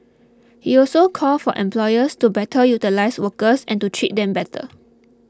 he also called for employers to better utilise workers and to treat them better